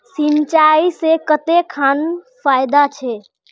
सिंचाई से कते खान फायदा छै?